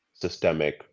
systemic